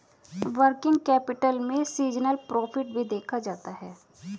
working capital में seasonal profit भी देखा जाता है